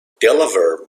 delaware